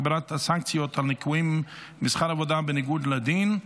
הגברת הסנקציות על ניכויים משכר עבודה בניגוד לדין),